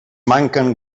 manquen